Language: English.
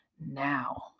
now